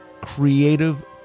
creative